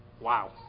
Wow